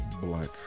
black